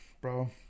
bro